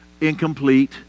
incomplete